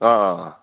अँ